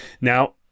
now